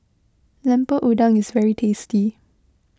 Lemper Udang is very tasty